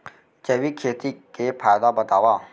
जैविक खेती के फायदा बतावा?